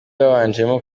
babanjemo